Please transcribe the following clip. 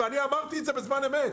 ואני אמרתי את זה בזמן אמת.